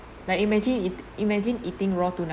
like imagine eat imagine eating raw tuna